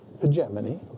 hegemony